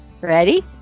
ready